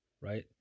right